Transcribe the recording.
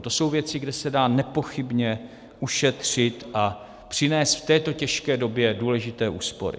To jsou věci, kde se dá nepochybně ušetřit a přinést v této těžké době důležité úspory.